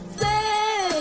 say